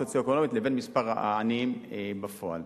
הסוציו-אקונומית לבין מספר העניים בפועל.